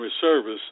service